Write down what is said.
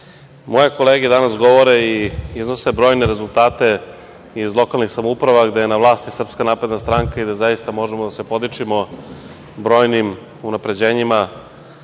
grad. Moje kolege danas govore i iznose brojne rezultate iz lokalnih samouprava, gde je na vlasti SNS i gde zaista možemo da se podičimo brojnim unapređenjima